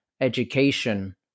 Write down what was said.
education